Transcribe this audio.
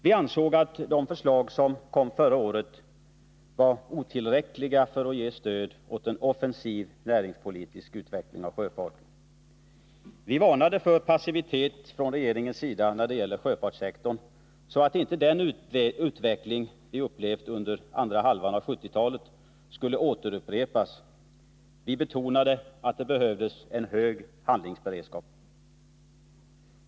Vi ansåg att de förslag som kom förra året var otillräckliga för att ge stöd åt en offensiv näringspolitisk utveckling av sjöfarten. Vi varnade för passivitet från regeringens sida när det gäller sjöfartssektorn, så att den utveckling vi upplevt under andra halvan av 1970-talet inte skulle upprepas. Vi betonade att det behövdes en hög handlingsberedskap.